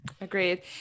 Agreed